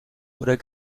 oder